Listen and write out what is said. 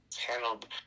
handled